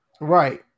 Right